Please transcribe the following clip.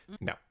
No